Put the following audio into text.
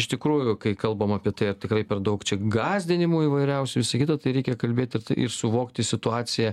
iš tikrųjų kai kalbam apie tai ar tikrai per daug čia gąsdinimų įvairiausių visa kita tai reikia kalbėti ir suvokti situaciją